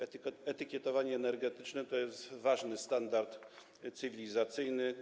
Etykietowanie energetyczne to jest ważny standard cywilizacyjny.